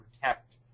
protect